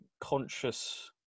conscious